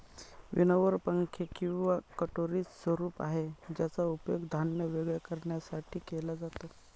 winnower पंखे किंवा कटोरीच स्वरूप आहे ज्याचा उपयोग धान्य वेगळे करण्यासाठी केला जातो